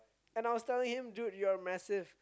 and I was telling him dude you're massive